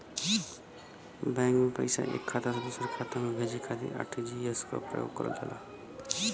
bank में पैसा एक खाता से दूसरे खाता में भेजे खातिर आर.टी.जी.एस क प्रयोग करल जाला